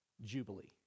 jubilee